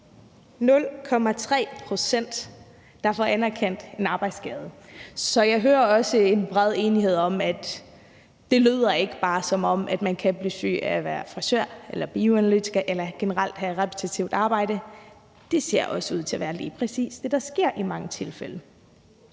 0,3 pct., der får anerkendt en arbejdsskade, så jeg hører også, at der er en bred enighed om, at det ikke bare lyder, som om man kan blive syg af at være frisør, bioanalytiker eller generelt have repetitivt arbejde. Det ser også ud til at være lige præcis det, der sker i mange tilfælde.